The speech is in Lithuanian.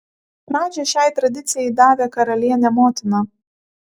pradžią šiai tradicijai davė karalienė motina